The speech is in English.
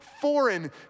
foreign